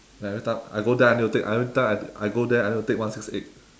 like every time I go there I need to take every time I go there I need to take one six eight